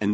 and